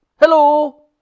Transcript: Hello